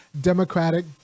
Democratic